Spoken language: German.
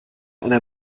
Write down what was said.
einer